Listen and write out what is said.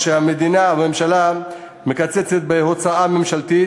שהמדינה, הממשלה, מקצצת בהוצאה הממשלתית,